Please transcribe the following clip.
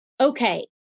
okay